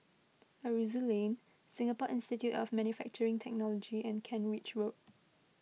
Aroozoo Lane Singapore Institute of Manufacturing Technology and Kent Ridge Road